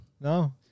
No